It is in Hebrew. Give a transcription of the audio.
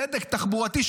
צדק תחבורתי?